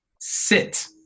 Sit